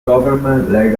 government